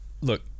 look